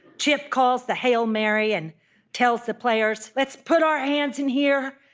chip calls the hail mary and tells the players let's put our hands in here,